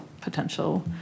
potential